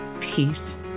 peace